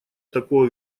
такого